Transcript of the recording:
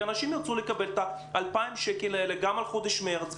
כי אנשים ירצו לקבל את 2,000 השקל האלה גם על חודש מרץ,